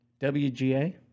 wga